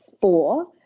Four